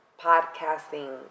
podcasting